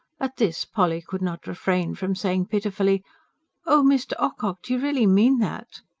at this polly could not refrain from saying pitifully oh, mr. ocock, do you really mean that?